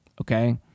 okay